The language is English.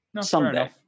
someday